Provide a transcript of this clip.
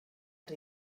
els